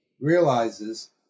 realizes